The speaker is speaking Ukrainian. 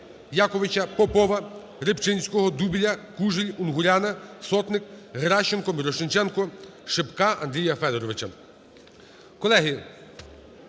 Яковича, Попова, Рибчинського, Дубіля, Кужель, Унгуряна, Сотник, Геращенко, Мірошниченка, Шипка Андрія Федоровича.